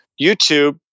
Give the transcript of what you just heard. YouTube